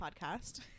podcast